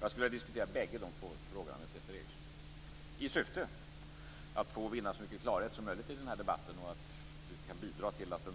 Jag skulle vilja diskutera bägge dessa frågor med Peter Eriksson i syfte att vinna så mycket klarhet som möjligt i den här debatten och bidra till att den